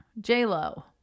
J-Lo